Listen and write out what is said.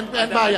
אין בעיה.